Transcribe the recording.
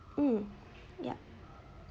um yup